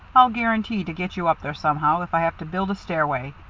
i'll guarantee to get you up there somehow, if i have to build a stairway.